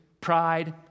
pride